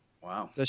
Wow